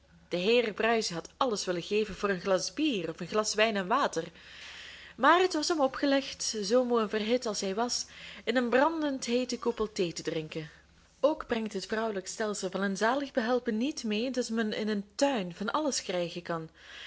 de heer bruis had alles willen geven voor een glas bier of een glas wijn en water maar het was hem opgelegd zoo moe en verhit als hij was in een brandendheeten koepel thee te drinken ook brengt het vrouwelijk stelsel van een zalig behelpen niet mee dat men in een tuin van alles krijgen kan